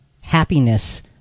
happiness